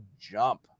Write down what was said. jump